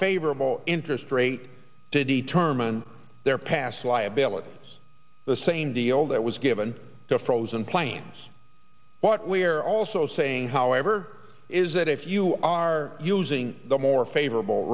favorable interest rate to determine their past liabilities the same deal that was given to frozen plans but we're also saying however is that if you are using the more favorable